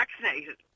vaccinated